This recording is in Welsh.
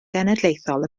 genedlaethol